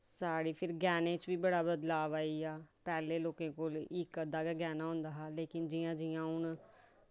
साड़ी फिर गैह्ने च बी बड़ा बदलाव आई गेआ पैह्लें लोकें कोल इक अद्धा गैह्ना होंदा हा लेकिन जियां जियां